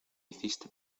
hiciste